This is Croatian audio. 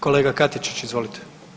Kolega Katičić, izvolite.